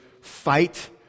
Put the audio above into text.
fight